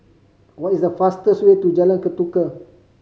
what is the fastest way to Jalan Ketuka